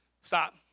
Stop